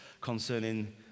concerning